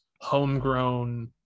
homegrown